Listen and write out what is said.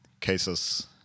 cases